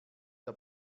der